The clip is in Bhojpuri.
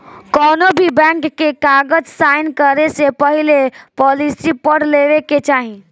कौनोभी बैंक के कागज़ साइन करे से पहले पॉलिसी पढ़ लेवे के चाही